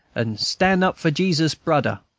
and stan' up for jesus, brud-der,